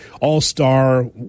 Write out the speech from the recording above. All-Star